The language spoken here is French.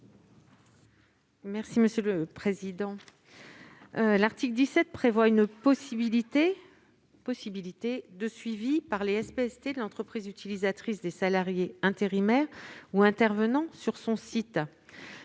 de la commission ? L'article 17 prévoit une possibilité de suivi par les SPST de l'entreprise utilisatrice des salariés intérimaires ou intervenant sur son site.